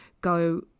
go